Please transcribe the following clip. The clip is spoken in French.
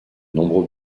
nombreux